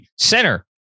center